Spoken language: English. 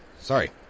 Sorry